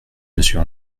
monsieur